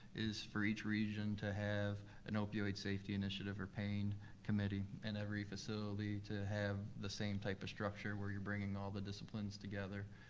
is for each region to have an opioid safety initiative or pain committee in every facility to have the same type of structure where you're bringing all the disciplines together.